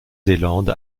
zélande